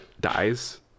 dies